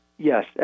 Yes